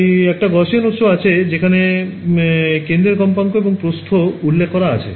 তাই একটা Gaussian উৎস আছে যেখানে কেন্দ্রের কম্পাঙ্ক এবং প্রস্থ উল্লেখ করা আছে